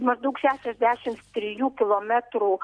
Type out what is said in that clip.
maždaug šešiasdešimt trijų kilometrų